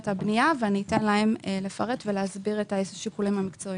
הבנייה ואתן להם לפרט ולהסביר את השיקולים המקצועיים.